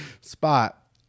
spot